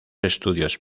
estudios